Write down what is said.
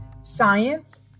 Science